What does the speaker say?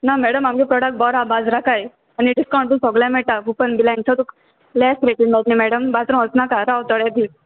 ना मॅडम आमगे प्रोडक्ट बोर आहा बाजराकाय आनी डिस्कावंट तुक सोगल्या मेटा कुपन बिलां सो तुक लॅस रेटीन सोगलें मॅडम बाजरां वोसनाका राव थोडे दीस